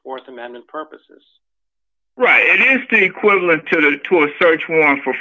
for th amendment purposes right it is the equivalent to a search warrant for